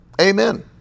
Amen